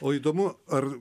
o įdomu ar